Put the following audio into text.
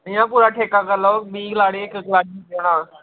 इंया ठेका करी लैओ बीह् कलाड़ी कन्नै फ्री इक्क देना